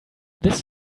this